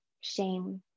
shame